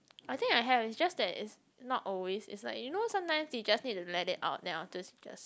I think I have it just that it's not always it's like you know sometimes you just need to let it out then afterwards you just